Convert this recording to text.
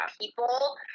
people